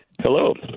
Hello